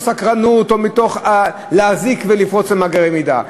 סקרנות או להזיק ולפרוץ למאגרי מידע,